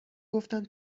گفتم